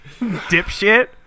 Dipshit